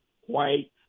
white